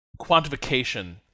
quantification